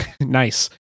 nice